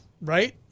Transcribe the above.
right